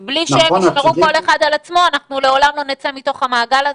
בסוף בלי שכל אחד ישמור על עצמו אנחנו לעולם לא נצא מהמעגל הזה.